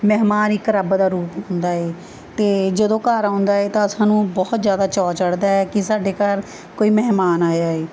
ਮਹਿਮਾਨ ਇਕ ਰੱਬ ਦਾ ਰੂਪ ਹੁੰਦਾ ਏ ਅਤੇ ਜਦੋਂ ਘਰ ਆਉਂਦਾ ਏ ਤਾਂ ਸਾਨੂੰ ਬਹੁਤ ਜ਼ਿਆਦਾ ਚਾਅ ਚੜ੍ਹਦਾ ਹੈ ਕਿ ਸਾਡੇ ਘਰ ਕੋਈ ਮਹਿਮਾਨ ਆਇਆ ਏ